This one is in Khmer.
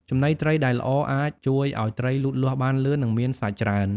ចំណីត្រីដែលល្អអាចជួយឲ្យត្រីលូតលាស់បានលឿន និងមានសាច់ច្រើន។